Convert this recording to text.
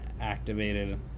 activated